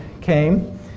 came